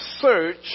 search